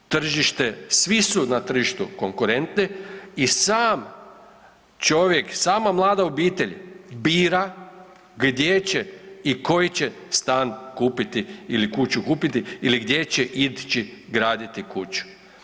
Svi su na tržištu konkurentni i sam čovjek, sama mlada obitelj bira gdje će i koji će stan kupiti ili kuću kupiti ili gdje će ići graditi kuću.